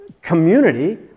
community